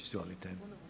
Izvolite.